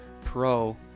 pro